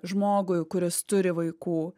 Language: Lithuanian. žmogui kuris turi vaikų